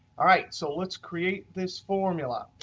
all right, so let's create this formula.